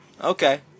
okay